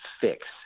fix